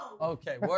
Okay